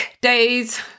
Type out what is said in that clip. days